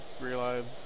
realized